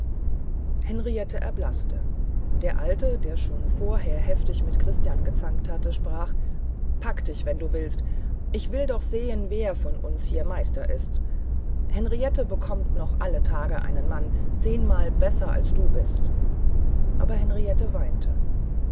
henriette erblaßte der alte der schon vorher heftig mit christian gezankt hatte sprach packe dich wenn du willst ich will doch sehen wer von uns hier meister ist henriette bekommt noch alle tage einen mann zehnmal besser als du bist aber henriette weinte